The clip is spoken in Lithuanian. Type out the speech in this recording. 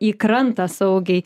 į krantą saugiai